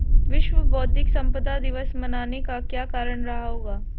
विश्व बौद्धिक संपदा दिवस मनाने का क्या कारण रहा होगा?